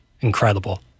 Incredible